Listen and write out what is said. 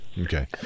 okay